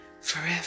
forever